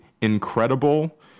incredible